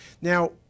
Now